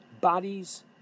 bodies